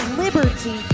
liberty